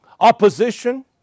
Opposition